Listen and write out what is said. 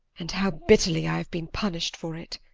and how bitterly i have been punished for it!